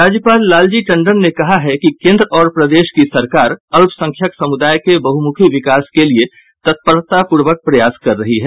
राज्यपाल लालजी टंडन ने कहा है कि केंद्र और प्रदेश की सरकार अल्पसंख्यक समुदाय के बहुमुखी विकास के लिए तत्परतापूर्वक प्रयास कर रही है